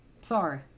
Sorry